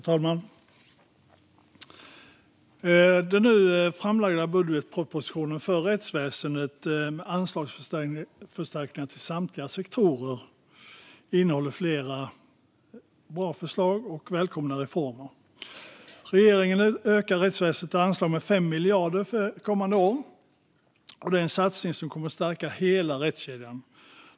Fru talman! Den nu framlagda budgetpropositionen innehåller anslagsförstärkningar till samtliga sektorer inom rättsväsendet och flera bra förslag på välkomna reformer. Regeringen ökar rättsväsendets anslag med fem miljarder för kommande år. Det är en satsning som kommer att stärka hela rättskedjan.